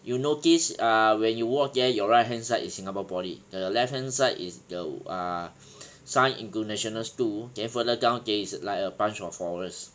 you notice err when you walk there your right hand side is singapore poly the left hand side is the uh some international school then further down there is like a bunch of forest